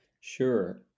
Sure